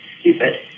stupid